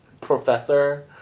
professor